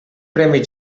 premi